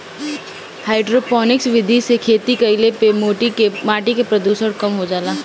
hydroponics विधि से खेती कईला पे माटी के प्रदूषण कम हो जाला